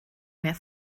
mehr